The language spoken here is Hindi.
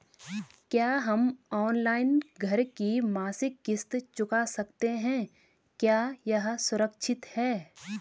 क्या हम ऑनलाइन घर की मासिक किश्त चुका सकते हैं क्या यह सुरक्षित है?